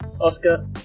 Oscar